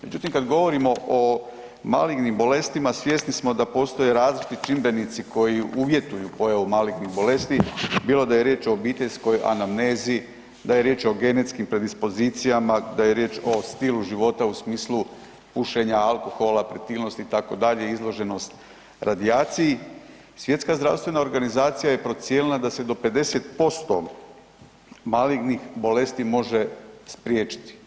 Međutim, kad govorimo o malignim bolestima svjesni smo da postoje različiti čimbenici koji uvjetuju pojavu malignih bolesti, bilo da je riječ o obiteljskoj anamnezi, da je riječ o genetskim predispozicijama, da je riječ o stilu života u smislu pušenja, alkohola, pretilnosti itd., izloženost radijaciji, Svjetska zdravstvena organizacija je procijenila da se do 50% malignih bolesti može spriječiti.